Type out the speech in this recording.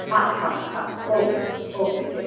हा हा हा ओके ओके जय